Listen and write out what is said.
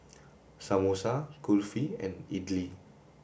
Samosa Kulfi and Idili